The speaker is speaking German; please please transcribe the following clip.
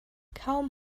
kaum